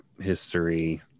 history